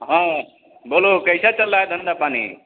बोलो कैसा चल रहा है धंधा पानी